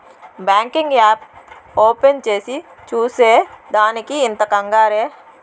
banking app open చేసి చూసే దానికి ఇంత కంగారే